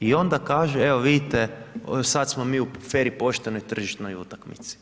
I onda kaže evo vidite sad smo mi u fer i poštenoj tržišnoj utakmici.